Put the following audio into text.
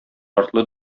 артлы